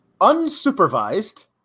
unsupervised